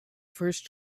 first